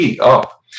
UP